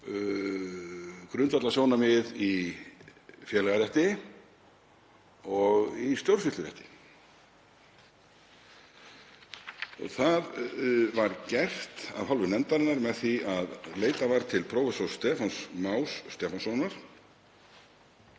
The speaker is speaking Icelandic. grundvallarsjónarmið í félagarétti og í stjórnsýslurétti. Það var gert af hálfu nefndarinnar með því að leitað var til prófessors Stefáns Más Stefánssonar